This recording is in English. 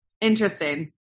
Interesting